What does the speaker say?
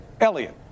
Elliot